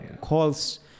calls